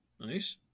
Nice